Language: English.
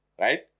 right